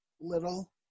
little